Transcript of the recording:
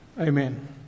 Amen